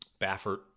Baffert